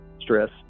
stress